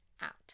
out